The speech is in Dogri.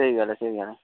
स्हेई गल्ल ऐ स्हेई गल्ल ऐ